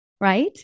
Right